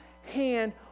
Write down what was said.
hand